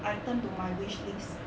item to my wish list